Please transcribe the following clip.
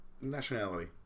nationality